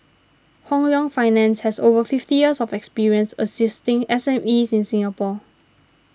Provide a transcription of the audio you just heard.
Hong Leong Finance has over fifty years of experience assisting S M Es in Singapore